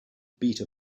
beta